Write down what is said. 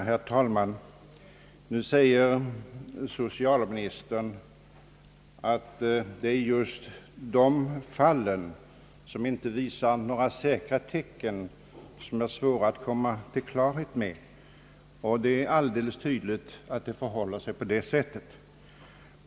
Herr talman! Nu säger socialministern, att det är just de fall som inte visar några säkra tecken som är svåra att komma till klarhet om. Det är alldeles tydligt att det förhåller sig på det sättet.